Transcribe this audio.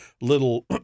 little